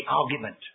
argument